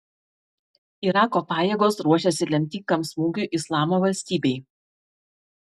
irako pajėgos ruošiasi lemtingam smūgiui islamo valstybei